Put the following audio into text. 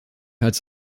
als